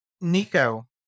Nico